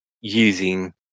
using